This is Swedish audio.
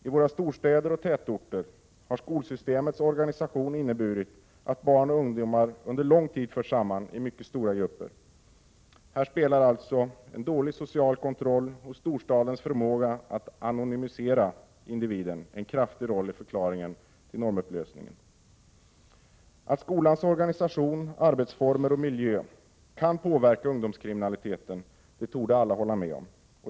I våra storstäder och tätorter har skolsystemets organisation inneburit att barn och ungdomar under lång tid förts samman i mycket stora grupper. Här spelar alltså en dålig social kontroll och storstadens förmåga att anonymisera individen en påtaglig roll i förklaringen till normupplösningen. Att skolans organisation, arbetsformer och miljö kan påverka ungdomskriminaliteten torde alla hålla med om.